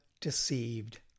deceived